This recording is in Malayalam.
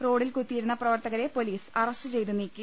റോഡിൽ കുത്തിയിരുന്ന പ്രവർത്തകരെ പൊലീസ് അറസ്റ്റ് ചെയ്ത് നീക്കി